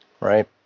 right